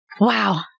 Wow